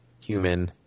human